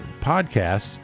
podcasts